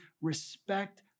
respect